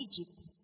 Egypt